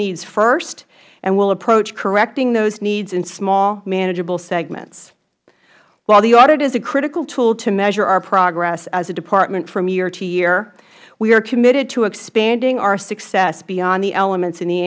needs first and will approach correcting those needs in small manageable segments while the audit is a critical tool to measuring our progress as a department from year to year we are committed to expanding our success beyond the elements in the